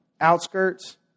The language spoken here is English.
outskirts